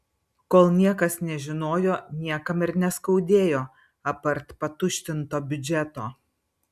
kol niekas nežinojo niekam ir neskaudėjo apart patuštinto biudžeto